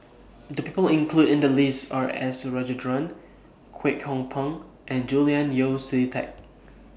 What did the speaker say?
The People included in The list Are S Rajendran Kwek Hong Png and Julian Yeo See Teck